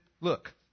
look